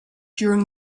during